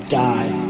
die